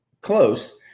close